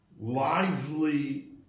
lively